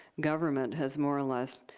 government has, more or less,